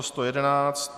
111.